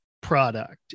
product